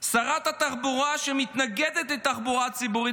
שרת התחבורה מתנגדת לתחבורה ציבורית